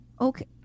okay